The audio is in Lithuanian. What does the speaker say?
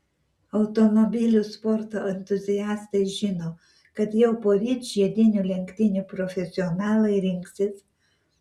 automobilių sporto entuziastai žino kad jau poryt žiedinių lenktynių profesionalai rinksis